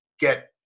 get